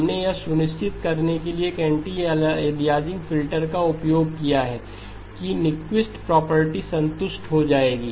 हमने यह सुनिश्चित करने के लिए एक एंटी अलियासिंग फिल्टर का उपयोग किया है कि न्यूक्विस्ट प्रॉपर्टी संतुष्ट हो जाएगी